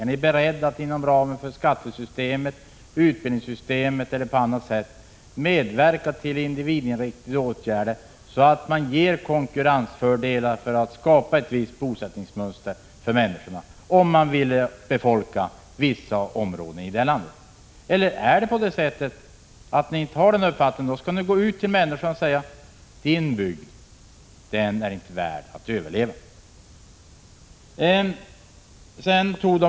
Är ni beredda att inom ramen för skattesystemet eller utbildningssystemet eller på annat sätt genom individinriktade åtgärder ge konkurrensfördelar för att skapa ett visst bosättningsmönster för att människorna skall kunna befolka olika områden av landet? Om ni inte har den uppfattningen skall ni gå ut till människorna och säga: Din bygd är inte värd att överleva.